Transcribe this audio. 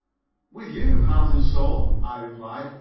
with you, heart and soul, i replied,